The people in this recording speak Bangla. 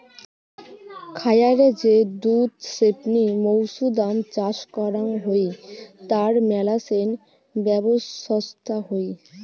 খায়ারে যে দুধ ছেপনি মৌছুদাম চাষ করাং হউ তার মেলাছেন ব্যবছস্থা হই